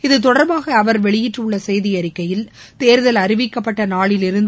இதுதொடர்பாக அவர் வெளியிட்டுள்ள செய்தி அறிக்கையில் தேர்தல் அறிவிக்கப்பட்ட நாளிலிருந்து